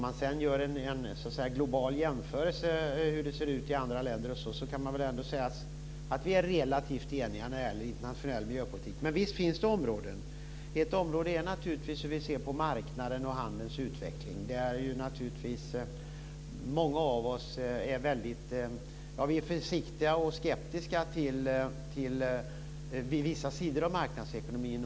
Vid en global jämförelse med hur det ser ut i andra länder kan vi väl ändå sägas vara relativt eniga när det gäller internationell miljöpolitik. Men visst finns det områden där det är annorlunda. Ett område gäller hur vi ser på marknaden och på handelns utveckling. Naturligtvis är många av oss försiktiga och även skeptiska till vissa sidor av marknadsekonomin.